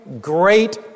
great